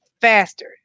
faster